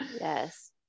Yes